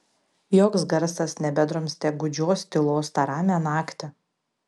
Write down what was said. joks garsas nebedrumstė gūdžios tylos tą ramią naktį